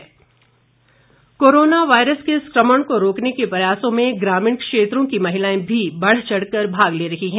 mask corona virus के संक्रमण को रोकने के प्रयासों में ग्रामीण क्षेत्रों की महिलाएं भी बढ़चढ़ कर भाग ले रही है